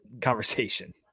conversation